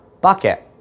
bucket